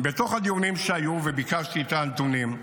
בדיונים שהיו, וביקשתי את הנתונים,